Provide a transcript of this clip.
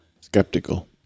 Skeptical